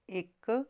ਇੱਕ